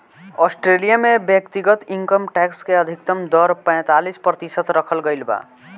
Australia में व्यक्तिगत income tax के अधिकतम दर पैतालीस प्रतिशत रखल गईल बा